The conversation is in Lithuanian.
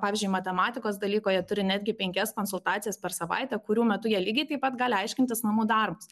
pavyzdžiui matematikos dalyko turi netgi penkias konsultacijas per savaitę kurių metu jie lygiai taip pat gali aiškintis namų darbus